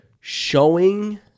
showing